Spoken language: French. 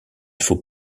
faut